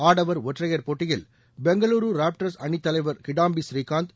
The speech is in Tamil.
ஆடவர் ஒற்றையர் போட்டியில் பெங்களூரு ராப்டரஸ் அணித் தலைவர் கிடாம்பி ஸ்ரீகாந்த்